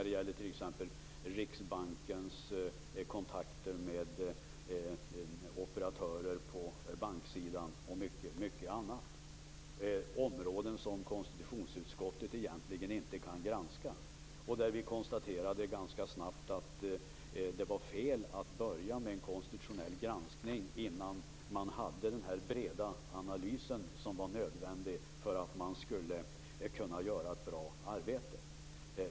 Det gäller då Riksbankens kontakter med operatörer på banksidan och mycket annat. Det gäller områden som konstitutionsutskottet egentligen inte kan granska. Vi konstaterade också ganska snabbt att det var fel att börja med en konstitutionell granskning innan vi hade tillgång till den breda analys som var nödvändig för genomförandet av ett bra arbete.